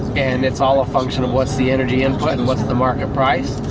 and it's all a function of what's the energy input and what's the market price.